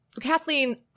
Kathleen